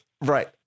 Right